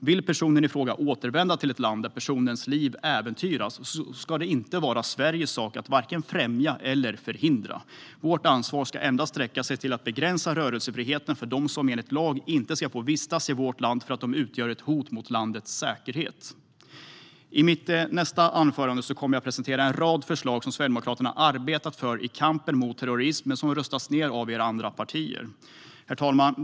Vill personen i fråga återvända till ett land där personens liv äventyras ska det inte vara Sveriges sak att vare sig främja eller förhindra det. Vårt ansvar ska endast sträcka sig till att begränsa rörelsefriheten för dem som enligt lag inte ska få vistas i vårt land för att de utgör ett hot mot landets säkerhet. I mitt nästa anförande kommer jag att presentera en rad förslag som Sverigedemokraterna arbetat för i kampen mot terrorism men som röstats ned av er andra partier. Herr talman!